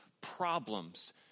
problems